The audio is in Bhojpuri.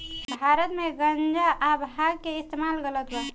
भारत मे गांजा आ भांग के इस्तमाल गलत बा